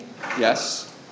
Yes